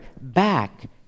back